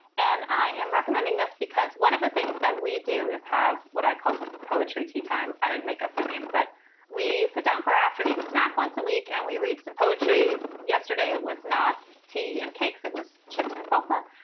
and i am recommending this because one of the things that we do is have what i call poetry tea time. i didn't make up the name, but we sat down for afternoon snack once a week and we read some poetry. yesterday, it was not tea and cakes, it was chips and salsa.